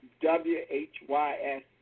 W-H-Y-S